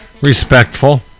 Respectful